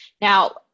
Now